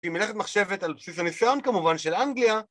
היא מלכת מחשבת על בסיס הניסיון כמובן של אנגליה